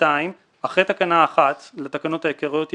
אחרי תקנה 1 לתקנות העיקריות יבוא: